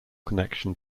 connection